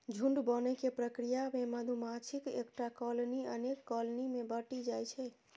झुंड बनै के प्रक्रिया मे मधुमाछीक एकटा कॉलनी अनेक कॉलनी मे बंटि जाइ छै